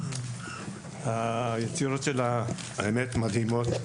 היצירות שלה מדהימות,